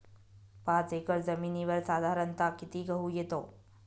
पाच एकर जमिनीवर साधारणत: किती गहू येतो?